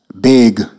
big